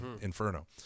Inferno